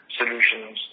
solutions